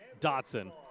Dotson